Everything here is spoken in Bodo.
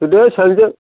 थुदो सानैजों